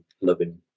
loving